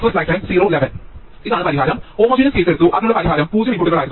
അതിനാൽ ഇതാണ് പരിഹാരം പിന്നെ ഞങ്ങൾ ഹോമോജെനസ് കേസ് എടുത്തു അതിനുള്ള പരിഹാരം പൂജ്യം ഇൻപുട്ടുകളായിരുന്നു